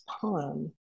poem